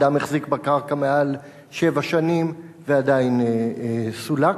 אדם החזיק בקרקע מעל שבע שנים ועדיין סולק.